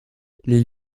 les